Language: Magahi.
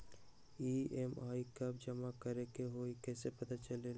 ई.एम.आई कव जमा करेके हई कैसे पता चलेला?